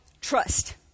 trust